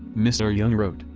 mr. young wrote,